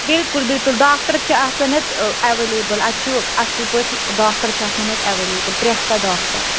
بِلکُل بِلکُل ڈاکٹر چھِ آسان اَتہِ اویلیبٕل اَتہِ چھُ اَصٕل پٲٹھۍ ڈاکٹر چھِ آسان اَتہِ اویلیبٕل پرٛٮ۪تھ کانٛہہ ڈاکٹر